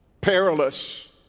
perilous